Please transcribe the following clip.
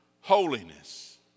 holiness